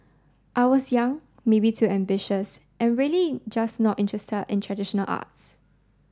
I was young maybe too ambitious and really just not interested in traditional arts